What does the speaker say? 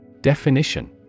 Definition